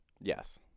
Yes